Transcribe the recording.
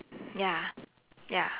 ya ya